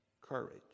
courage